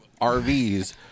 RVs